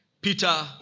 Peter